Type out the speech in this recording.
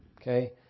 Okay